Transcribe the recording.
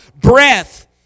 breath